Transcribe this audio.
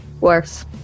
Worse